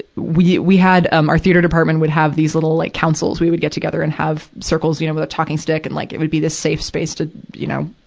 we, we had, um, our theater department would have these little, like, counsels. we would get together and have circles, you know, with a talking stick, and, like, it would be this safe space to, you know,